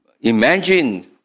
imagine